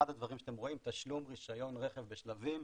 אחד הדברים שאתם רואים, תשלום רישיון רכב בשלבים.